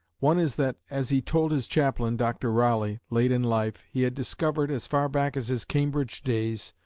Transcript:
one is that, as he told his chaplain, dr. rawley, late in life, he had discovered, as far back as his cambridge days,